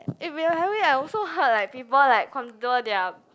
eh by the way I also heard like people like contour their